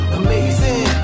amazing